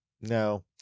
no